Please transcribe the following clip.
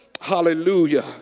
Hallelujah